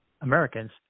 Americans